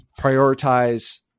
prioritize